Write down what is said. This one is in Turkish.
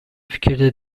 fikirde